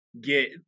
get